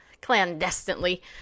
clandestinely